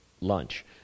lunch